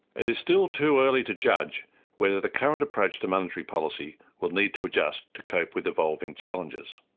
it is still too early to judge whether the current approach to monetary policy will need to adjust to cope with evolving challenges.